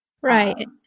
Right